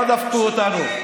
לא דפקו אותנו.